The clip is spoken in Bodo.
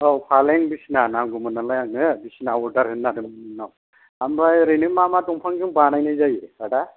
औ फालें बिसना नांगौमोन नालाय आंनो बिसना दा अरदार होनो नागेरदोंमोन आं ओमफ्राय ओरैनो मा मा दंफांजों बानाय जायो आदा